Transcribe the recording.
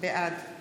בעד